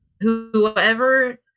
whoever